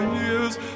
years